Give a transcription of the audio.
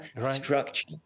structure